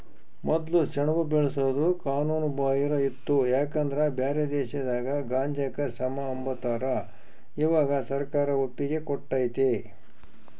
ಮೊದ್ಲು ಸೆಣಬು ಬೆಳ್ಸೋದು ಕಾನೂನು ಬಾಹಿರ ಇತ್ತು ಯಾಕಂದ್ರ ಬ್ಯಾರೆ ದೇಶದಾಗ ಗಾಂಜಾಕ ಸಮ ಅಂಬತಾರ, ಇವಾಗ ಸರ್ಕಾರ ಒಪ್ಪಿಗೆ ಕೊಟ್ಟತೆ